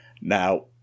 now